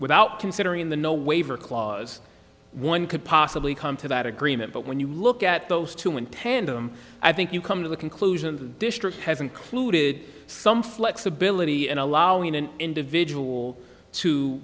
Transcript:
without considering the no waiver clause one could possibly come to that agreement but when you look at those two in tandem i think you come to the conclusion the district has included some flexibility and allowing an individual to